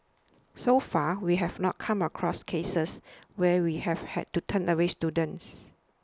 so far we have not come across cases where we have had to turn away students